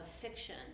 fiction